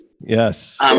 Yes